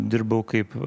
dirbau kaip